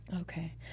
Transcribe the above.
Okay